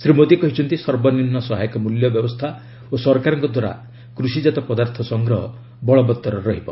ଶ୍ରୀ ମୋଦି କହିଛନ୍ତି ସର୍ବନିମ୍ନ ସହାୟକ ମୂଲ୍ୟ ବ୍ୟବସ୍ଥା ଓ ସରକାରଙ୍କଦ୍ୱାରା କୃଷିଜାତ ପଦାର୍ଥ ସଂଗ୍ରହ ବଳବତ୍ତର ରହିବ